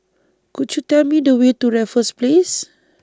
Could YOU Tell Me The Way to Raffles Place